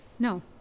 No